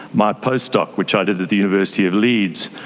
my post doc, which i did at the university of leeds,